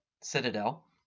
citadel